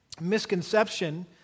misconception